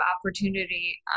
opportunity